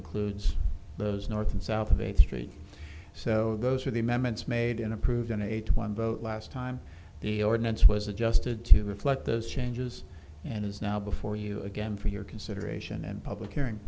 includes those north and south of eighth street so those are the amendments made and approved an eight one vote last time the ordinance was adjusted to reflect those changes and is now before you again for your consideration and public